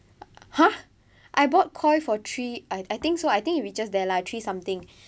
!huh! I bought Koi for three I I think so I think it reaches that lah three something